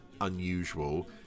unusual